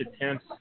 attempts